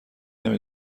نمی